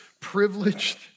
privileged